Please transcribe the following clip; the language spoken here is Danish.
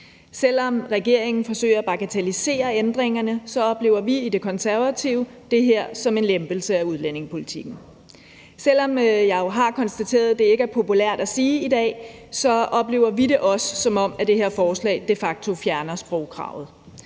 Selv om regeringen forsøger at bagatellisere ændringerne, oplever vi i Det Konservative Folkeparti det her som en lempelse af udlændingepolitikken. Selv om jeg jo har konstateret, at det ikke er populært at sige i dag, oplever vi det også, som om det her forslag de facto fjerner sprogkravet.